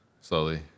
Slowly